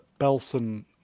Belson